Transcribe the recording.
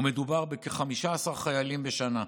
מדובר בכ-15 חיילים בשנה.